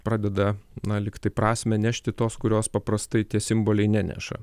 pradeda na likti prasmę nešti tos kurios paprastai tie simboliai neneša